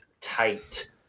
tight